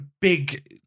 big